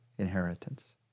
inheritance